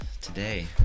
today